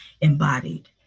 embodied